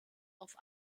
auf